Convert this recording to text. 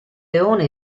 leone